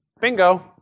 Bingo